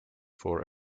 for